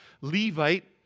Levite